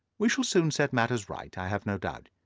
we shall soon set matters right, i have no doubt.